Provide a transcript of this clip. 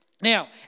Now